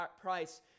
price